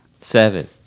Seven